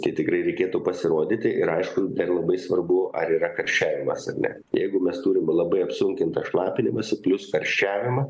čia tikrai reikėtų pasirodyti ir aišku dar labai svarbu ar yra karščiavimas ar ne jeigu mes turim labai apsunkintą šlapinimąsi plius karščiavimą